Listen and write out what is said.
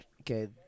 okay